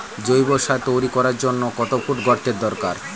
জৈব সার তৈরি করার জন্য কত ফুট গর্তের দরকার?